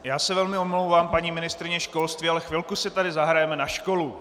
Já se velmi omlouvám, paní ministryně školství, ale chvilku si tady zahrajeme na školu.